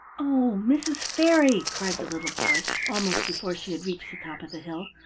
oh, mrs. fairy! cried the little boy, almost before she had reached the top of the hill,